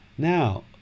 Now